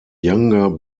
younger